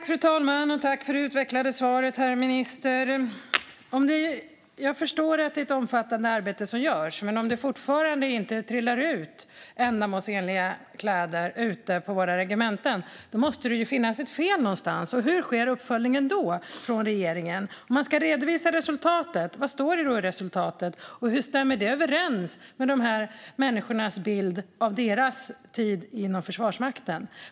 Fru talman! Jag tackar för det utvecklade svaret, herr minister. Jag förstår att det är ett omfattande arbete som görs. Men om det fortfarande inte trillar ut ändamålsenliga kläder ute på våra regementen måste det finnas ett fel någonstans. Och hur sker uppföljningen då från regeringen? Om man ska redovisa resultatet, vad står det då i resultatet? Och hur stämmer det överens med dessa människors bild av deras tid inom Försvarsmakten?